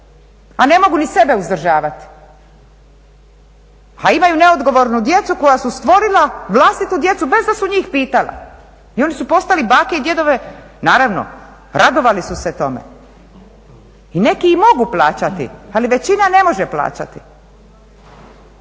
a ne mogu ni sebe uzdržavati a imaju neodgovornu djecu koja su stvorila vlastitu djecu bez da su njih pitala i oni su postali bake i djedove, naravno radovali su se tome. I neki i mogu plaćati, ali većina ne može plaćati.